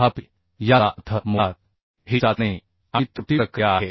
तथापि याचा अर्थ मुळात ही चाचणी आणि त्रुटी प्रक्रिया आहे